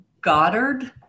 Goddard